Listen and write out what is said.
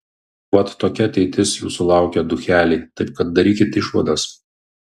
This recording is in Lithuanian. vat tokia ateitis jūsų laukia ducheliai taip kad darykit išvadas